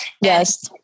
Yes